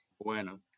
Bueno